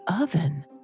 oven—